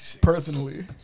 personally